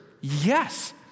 yes